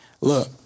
Look